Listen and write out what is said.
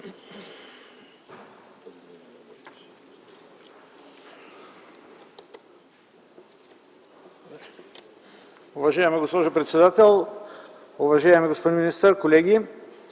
уважаеми господин министър, колеги!